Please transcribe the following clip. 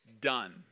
done